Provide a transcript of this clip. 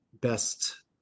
best